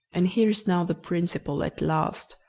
and here is now the principal at last.